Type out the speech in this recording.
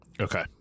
Okay